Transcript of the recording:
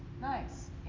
Nice